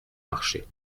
marché